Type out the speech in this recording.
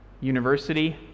university